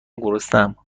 گرسنهام